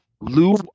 Lou